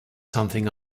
something